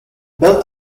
built